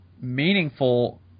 meaningful